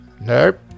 Nope